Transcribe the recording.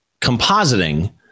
compositing